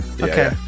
okay